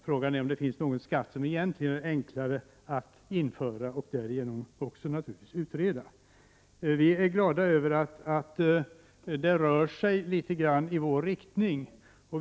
Frågan är om det egentligen finns någon skatt som är enklare att införa och därigenom också att utreda. Vi i miljöpartiet är glada över att det hela rör sig litet grand i vår riktning.